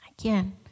Again